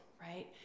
right